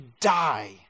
die